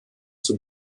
zur